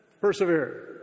Persevere